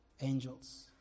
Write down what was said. angels